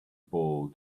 ball